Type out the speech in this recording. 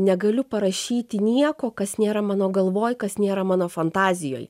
negaliu parašyti nieko kas nėra mano galvoj kas nėra mano fantazijoj